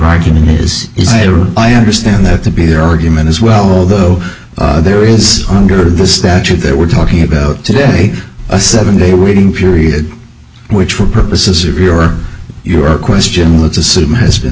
argument is i understand that to be their argument as well although there is under the statute that we're talking about today a seven day waiting period which will purposes if you or your question let's assume has been